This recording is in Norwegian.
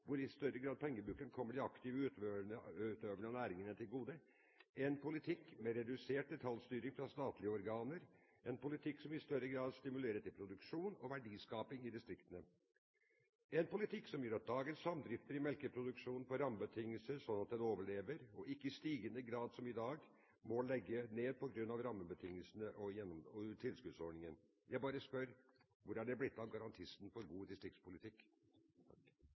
hvor pengebruken i større grad kommer de aktive utøverne av næringene til gode, en politikk med redusert detaljstyring fra statlige organer, en politikk som i større grad stimulerer til produksjon og verdiskaping i distriktene, en politikk som gjør at dagens samdrifter i melkeproduksjonen får rammebetingelser, sånn at de overlever og ikke i stigende grad, som i dag, må legge ned på grunn av rammebetingelsene og tilskuddsordningene. Jeg bare spør: Hvor er det blitt av garantisten for god distriktspolitikk?